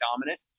dominant